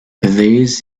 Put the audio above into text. this